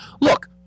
Look